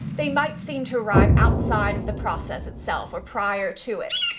they might seem to write outside of the process itself or prior to it,